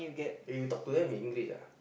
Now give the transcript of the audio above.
eh you talk to them in English ah